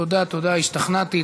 תודה, תודה, השתכנעתי.